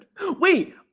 Wait